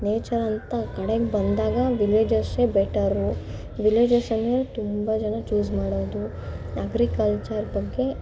ನೇಚರಂತ ಕಡೆಗೆ ಬಂದಾಗ ವಿಲೇಜಸ್ಸೇ ಬೆಟರು ವಿಲೇಜಸ್ಸನ್ನೇ ತುಂಬ ಜನ ಚೂಸ್ ಮಾಡೋದು ಅಗ್ರಿಕಲ್ಚರ್ ಬಗ್ಗೆ